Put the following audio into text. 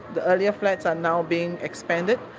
the earlier flats are now being expanded,